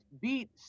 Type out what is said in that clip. beat